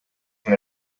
ким